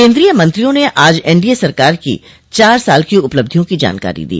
केन्द्रीय मंत्रियों ने आज एनडीए सरकार की चार साल की उपलब्धियों की जानकारी दी